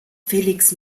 felix